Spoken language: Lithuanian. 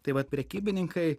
taip vat prekybininkai